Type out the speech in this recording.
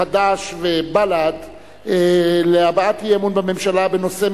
חד"ש ובל"ד להבעת אי-אמון בממשלה בנושא: